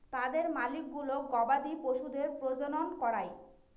তাদের মালিকগুলো গবাদি পশুদের প্রজনন করায়